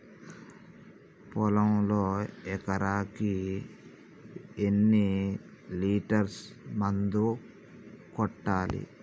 పొలంలో ఎకరాకి ఎన్ని లీటర్స్ మందు కొట్టాలి?